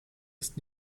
ist